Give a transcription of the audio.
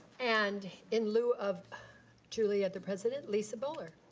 and in lieu of julia the president, lisa bowler.